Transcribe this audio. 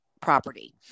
property